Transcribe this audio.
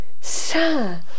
Sir